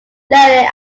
loading